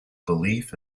belief